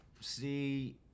See